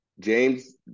James